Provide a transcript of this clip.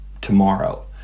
tomorrow